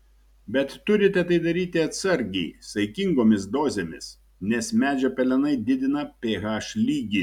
bet turite tai daryti atsargiai saikingomis dozėmis nes medžio pelenai didina ph lygį